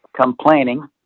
complaining